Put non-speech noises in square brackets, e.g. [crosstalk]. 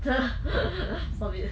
[laughs] stop it